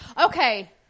Okay